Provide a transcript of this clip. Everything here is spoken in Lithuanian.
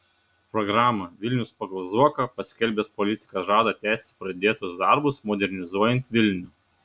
programą vilnius pagal zuoką paskelbęs politikas žada tęsti pradėtus darbus modernizuojant vilnių